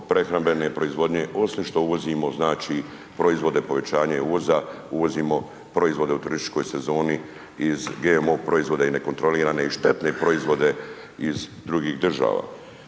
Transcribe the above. prehrambene proizvodnje osim što uvozimo znači proizvode, povećanje uvoza, uvozimo proizvode u turističkoj sezoni iz GMO proizvoda i nekontroliranih i štetne proizvode oz drugih država.